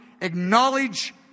acknowledge